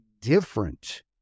different